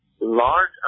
large